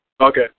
Okay